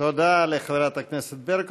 תודה לחברת הכנסת ברקו.